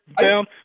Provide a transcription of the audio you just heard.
down